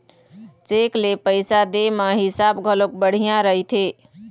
cheque ले पइसा दे म हिसाब घलोक बड़िहा रहिथे